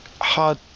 hard